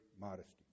modesty